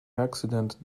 accident